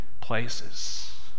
places